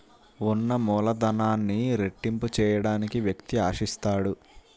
ఉన్న మూలధనాన్ని రెట్టింపు చేయడానికి వ్యక్తి ఆశిస్తాడు